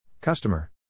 customer